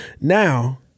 Now